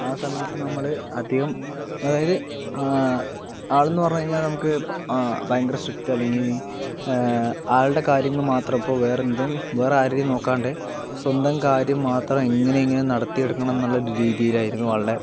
ആ സമയത്ത് നമ്മള് അധികം അതായത് ആളെന്ന് പറഞ്ഞുകഴിഞ്ഞാൽ നമുക്ക് ഭയങ്കര സ്ട്രിക്റ്റ് അല്ലെങ്കിൽ ആളുടെ കാര്യങ്ങൾ മാത്രം ഇപ്പോൾ വേറെന്തും വേറെ ആരുടെയും നോക്കാണ്ട് സ്വന്തം കാര്യം മാത്രം എങ്ങനെയെങ്കിലും നടത്തിയെടുക്കണം എന്നുള്ള രീതിയിലായിരുന്നു ആളുടെ